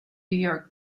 york